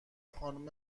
خانوم